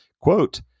quote